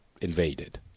invaded